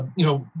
you know,